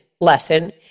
lesson